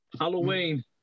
Halloween